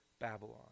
Babylon